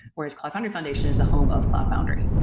whereas cloud foundry foundation is the home of cloud foundry.